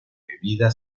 bebida